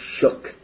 shook